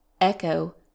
Echo